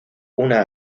una